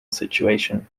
situation